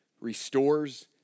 restores